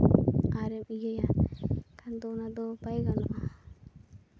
ᱟᱨᱮ ᱤᱭᱟᱹᱭᱟ ᱮᱱᱠᱷᱟᱱ ᱫᱚ ᱚᱱᱟᱫᱚ ᱵᱟᱭ ᱜᱟᱱᱚᱜᱼᱟ